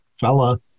fella